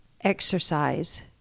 exercise